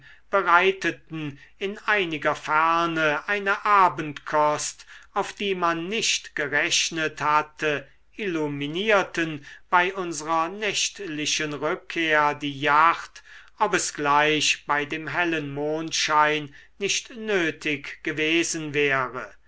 bereiteten in einiger ferne eine abendkost auf die man nicht gerechnet hatte illuminierten bei unserer nächtlichen rückkehr die jacht ob es gleich bei dem hellen mondschein nicht nötig gewesen wäre